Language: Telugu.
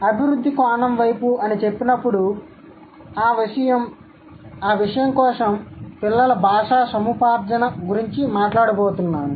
అభివృద్ధి కోణం వైపు అని చెప్పినప్పుడు ఆ విషయం కోసం పిల్లల భాషా సముపార్జన గురించి మాట్లాడబోతున్నాను